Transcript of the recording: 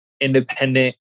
independent